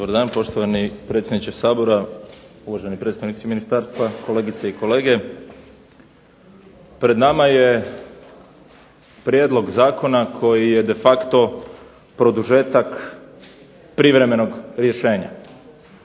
Dobar dan poštovani predsjedniče Sabora, uvaženi predstavnici ministarstva, kolegice i kolege. Pred nama je prijedlog zakona koji je de facto produžetak privremenog rješenja.